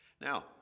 Now